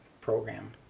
program